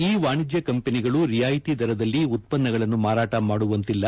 E ವಾಣಿಜ್ಯ ಕಂಪನಿಗಳು ರಿಯಾಯಿತಿ ದರದಲ್ಲಿ ಉತ್ಪನ್ನಗಳನ್ನು ಮಾರಾಟ ಮಾಡುವಂತಿಲ್ಲ